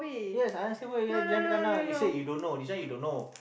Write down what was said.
yeah I answer why you kena you said you don't know this one you don't know